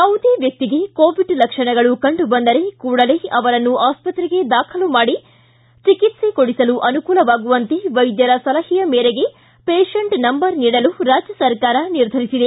ಯಾವುದೇ ವ್ಯಕ್ತಿಗೆ ಕೋವಿಡ್ ಲಕ್ಷಣಗಳು ಕಂಡು ಬಂದರೆ ಕೂಡಲೇ ಅವರನ್ನು ಆಸ್ತ್ರೆಗೆ ದಾಖಲು ಮಾಡಿ ಚಿಕಿತ್ಸೆ ಕೊಡಿಸಲು ಅನುಕೂಲವಾಗುವಂತೆ ವೈದ್ಯರ ಸಲಹೆ ಮೇರೆಗೆ ಪೇಷೆಂಟ್ ನಂಬರ್ ನೀಡಲು ರಾಜ್ಯ ಸರ್ಕಾರ ನಿರ್ಧರಿಸಿದೆ